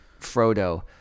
Frodo